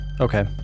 Okay